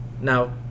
Now